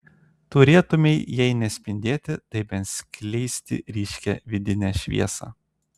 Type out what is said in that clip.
turėtumei jei ne spindėti tai bent skleisti ryškią vidinę šviesą